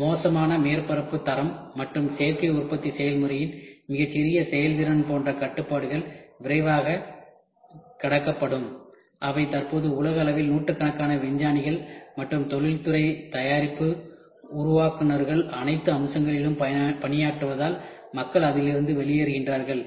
மோசமான மேற்பரப்பு தரம் மற்றும் சேர்க்கை உற்பத்தி செயல்முறையின் மிகச் சிறிய செயல்திறன் போன்ற கட்டுப்பாடுகள் விரைவாகக் கடக்கப்படும் அவை இப்போது உலகளவில் நூற்றுக்கணக்கான விஞ்ஞானிகள் மற்றும் தொழில்துறை தயாரிப்பு உருவாக்குநர்கள் அனைத்து அம்சங்களிலும் பணியாற்றுவதால் மக்கள் அதிலிருந்து வெளியேறுகிறார்கள்